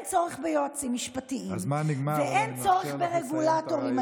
צורך ביועצים משפטיים ואין צורך ברגולטורים,